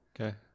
Okay